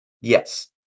yes